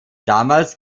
damals